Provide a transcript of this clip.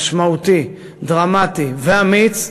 משמעותי, דרמטי ואמיץ,